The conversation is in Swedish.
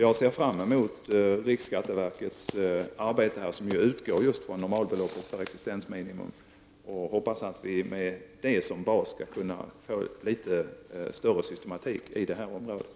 Jag ser fram emot riksskatteverkets arbete, som just utgår från normalbelopp för existensminimum. Jag hoppas att vi med det arbetet som bas skall kunna få litet mer systematik på det här området.